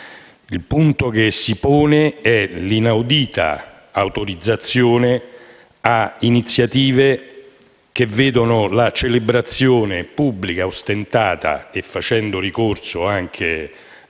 Il punto che si pone è l'inaudita autorizzazione a iniziative che vedono la celebrazione pubblica e ostentata, con il ricorso anche